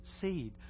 seed